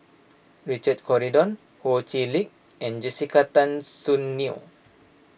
Richard Corridon Ho Chee Lick and Jessica Tan Soon Neo